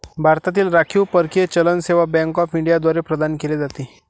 भारतातील राखीव परकीय चलन सेवा बँक ऑफ इंडिया द्वारे प्रदान केले जाते